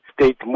state